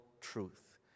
truth